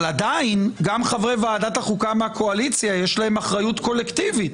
אבל עדיין גם חסרי ועדת החוקה מהקואליציה יש להם אחריות קולקטיבית.